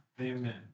Amen